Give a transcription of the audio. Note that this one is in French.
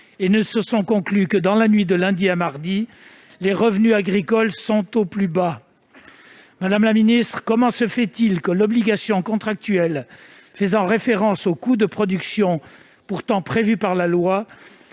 et ne se sont conclues que dans la nuit de lundi à mardi, les revenus des agriculteurs sont au plus bas. Comment se fait-il que l'obligation contractuelle faisant référence aux coûts de production, pourtant prévue par la loi,